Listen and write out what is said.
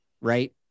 right